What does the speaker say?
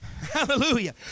Hallelujah